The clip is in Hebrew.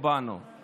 למקום שממנו באנו.